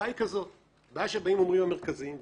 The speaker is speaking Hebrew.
הבעיה שאומרים המרכזים: